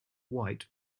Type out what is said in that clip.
white